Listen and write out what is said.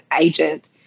agent